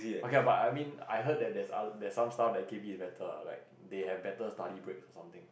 okay ah but I mean I heard that there's other there's some stuff that K P is better ah like they have better study breaks or something